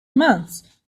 months